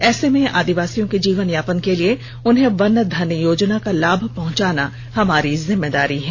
ऐसे में आदिवासियों के जीवन यापन के लिए उन्हें वन धन योजना का लाभ पहंचाना हमारी जिम्मेदारी है